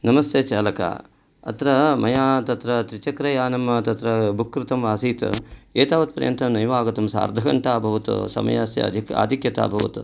नमस्ते चालक अत्र मया तत्र त्रिचक्रयानं तत्र बुक् कृतम् आसीत् एतावत् पर्यन्तं नैव आगतं सार्धघण्टा अभवत् समयस्य अधिक आधिक्यता अभवत्